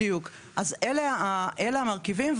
אלה המרכיבים,